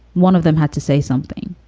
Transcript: one of them had to say something.